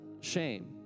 shame